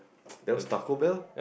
that was Taco-Bell